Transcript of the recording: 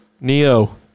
Neo